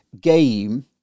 game